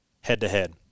head-to-head